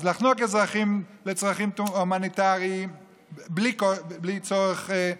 אז לחנוק אזרחים לצרכים הומניטריים בלי צורך,